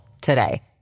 today